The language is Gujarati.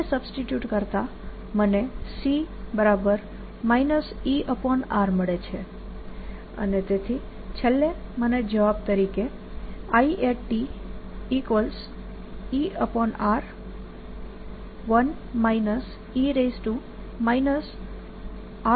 આને સબ્સિટ્યૂટ કરતા મને C ER મળે છે અને તેથી છેલ્લે મને જવાબ તરીકે ItER મળે છે